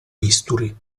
bisturi